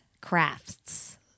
Crafts